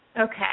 Okay